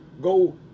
go